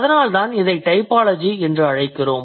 அதனால்தான் இதை டைபாலஜி என்று அழைக்கிறோம்